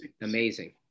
amazing